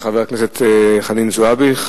של חברת הכנסת חנין זועבי,